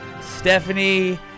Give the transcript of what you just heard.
Stephanie